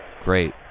Great